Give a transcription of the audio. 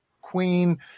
Queen